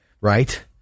right